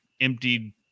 emptied